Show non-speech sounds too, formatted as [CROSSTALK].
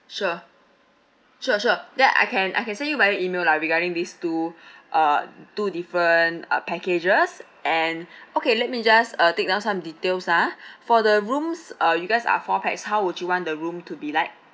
sure sure sure that I can I can send you via email lah regarding these two [BREATH] uh two different uh packages and [BREATH] okay let me just uh take down some details ah [BREATH] for the rooms uh you guys are four pax how would you want the room to be like